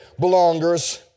belongers